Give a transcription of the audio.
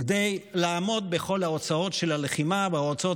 כדי לעמוד בכל ההוצאות של הלחימה וההוצאות